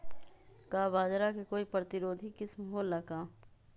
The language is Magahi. का बाजरा के कोई प्रतिरोधी किस्म हो ला का?